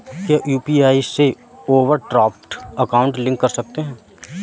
क्या यू.पी.आई से overdraft account link कर सकते हैं?